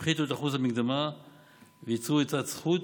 שהפחיתו את אחוז המקדמה ויצרו יתרת זכות,